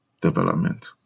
development